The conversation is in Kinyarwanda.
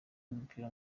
w’umupira